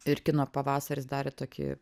ir kino pavasaris darė tokį